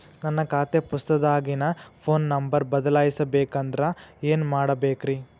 ನನ್ನ ಖಾತೆ ಪುಸ್ತಕದಾಗಿನ ಫೋನ್ ನಂಬರ್ ಬದಲಾಯಿಸ ಬೇಕಂದ್ರ ಏನ್ ಮಾಡ ಬೇಕ್ರಿ?